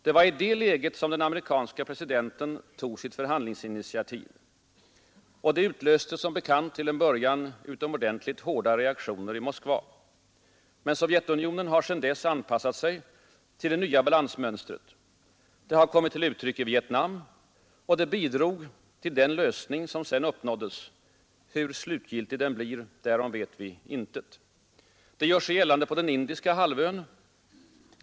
Det var i det läget som den amerikanske presidenten tog sitt förhandlingsinitiativ. Det utlöste som bekant till en början utomordentligt hårda reaktioner i Moskva. Men Sovjetunionen har sedan dess anpassat sig till det nya balansmönstret. Det har kommit till uttryck i Vietnam och det bidrog till den lösning som sedan uppnåddes; hur slutgiltig den blir, därom vet vi intet. Det gör sig gällande på den Indiska halvön.